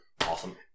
awesome